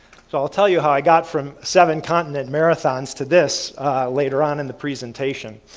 so i'll tell you how i got from seven continent marathons to this later on in the presentation.